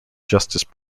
justice